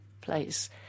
place